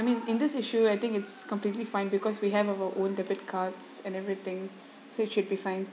I mean in this issue I think it's completely fine because we have our own debit cards and everything so it should be fine